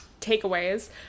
takeaways